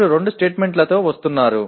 మీరు రెండు స్టేట్మెంట్లతో వస్తున్నారు